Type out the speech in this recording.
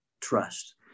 trust